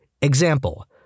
Example